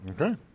Okay